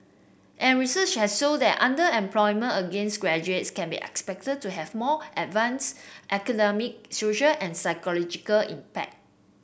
and research has shown that underemployment against graduates can be expected to have more adverse economic social and psychological impact